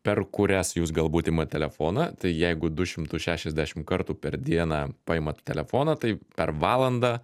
per kurias jūs galbūt imat telefoną tai jeigu du šimtus šešiasdešimt kartų per dieną paimat telefoną tai per valandą